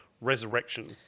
Resurrection